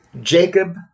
Jacob